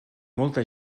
molta